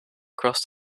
across